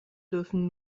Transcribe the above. dürfen